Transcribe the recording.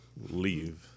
leave